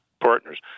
partners